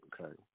Okay